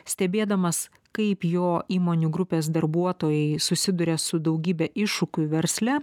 stebėdamas kaip jo įmonių grupės darbuotojai susiduria su daugybe iššūkių versle